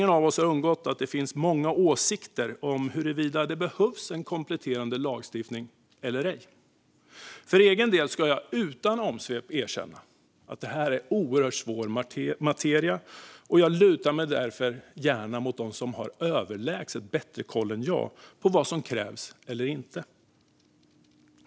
Det har inte undgått någon av oss att det finns många åsikter om huruvida det behövs kompletterande lagstiftning eller ej. För egen del ska jag utan omsvep erkänna att det här är oerhört svår materia. Jag lutar mig därför gärna mot dem som har överlägset bättre koll än jag på vad som krävs och inte.